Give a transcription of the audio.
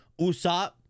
Usopp